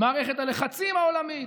מערכת הלחצים העולמית.